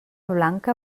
blanca